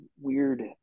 weird